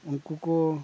ᱩᱱᱠᱩ ᱠᱚ